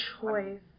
choice